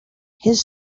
his